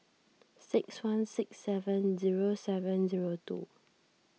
six one six seven zero seven zero two